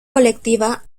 colectiva